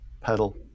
pedal